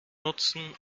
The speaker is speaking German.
nutzen